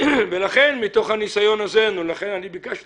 לא יהיה